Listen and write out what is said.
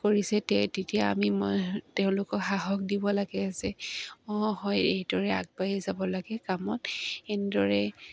কৰিছে তেতিয়া আমি মই তেওঁলোকক সাহস দিব লাগে আছে অঁ হয় এইদৰে আগবাঢ়াই যাব লাগে কামত এনেদৰে